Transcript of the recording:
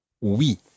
Oui